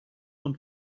und